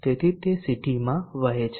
તેથી તે CT માં વહે છે